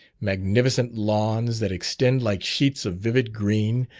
magnificent lawns that extend like sheets of vivid green,